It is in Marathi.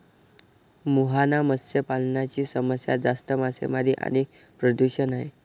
मुहाना मत्स्य पालनाची समस्या जास्त मासेमारी आणि प्रदूषण आहे